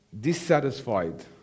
Dissatisfied